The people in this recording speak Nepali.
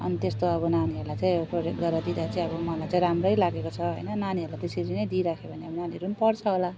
अनि त्यस्तो अब नानीहरूलाई चाहिँ प्रोजेक्ट गरेर दिँदा चाहिँ अब मलाई चाहिँ राम्रै लागेको छ होइन नानीहरूलाई त्यसरी नै दिइराख्यो भने नानीहरूले पनि पढ्छ होला